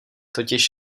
totiž